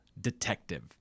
Detective